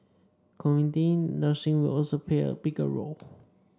community nursing will also play a bigger role